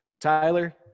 Tyler